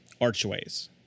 archways